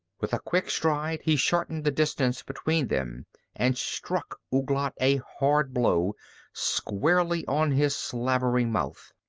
with a quick stride he shortened the distance between them and struck ouglat a hard blow squarely on his slavering mouth.